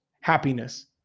happiness